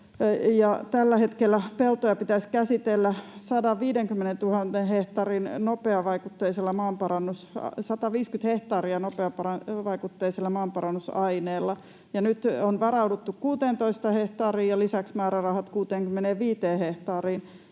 tällä hetkellä peltoja pitäisi käsitellä 150 000 hehtaaria nopeavaikutteisella maanparannusaineella. Nyt on varauduttu 16 000 hehtaariin, ja lisäksi on määrärahat 65 000 hehtaariin.